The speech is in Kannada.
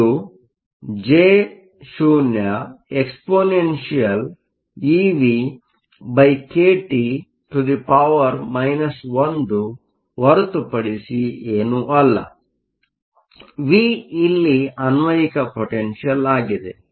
ಇದು J0expevkT 1 ಹೊರತುಪಡಿಸಿ ಏನೂ ಅಲ್ಲ ವಿಇಲ್ಲಿ ಅನ್ವಯಿಕ ಪೊಟೆನ್ಷಿಯಲ್ ಆಗಿದೆ